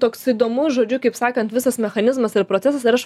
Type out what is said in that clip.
toks įdomus žodžiu kaip sakant visas mechanizmas ir procesas ir aš